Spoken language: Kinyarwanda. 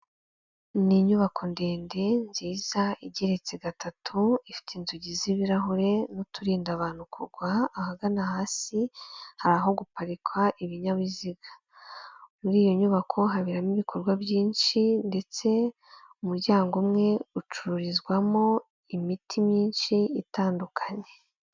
Ni inyubako ndende nziza igeretse gatatu, ifite inzugi z'ibirahure n'uturinda abantu kugwa, ahagana hasi hari aho guparikwa ibinyabiziga, muri iyo nyubako haberamo ibikorwa byinshi ndetse umuryango umwe ucururizwamo imiti myinshi itandukanye.